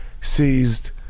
seized